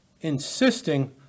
Insisting